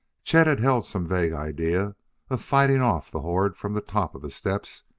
chet had held some vague idea of fighting off the horde from the top of the steps,